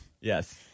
Yes